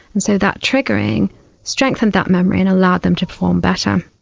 and so that triggering strengthened that memory and allowed them to perform better.